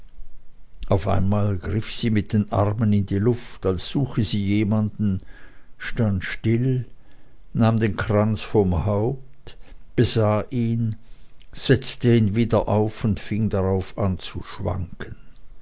auf einmal griff sie mit den armen in die luft als suche sie jemanden stand still nahm den kranz vom kopfe besah ihn setzte ihn wieder auf und fing darauf an zu schwanken